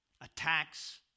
attacks